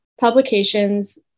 publications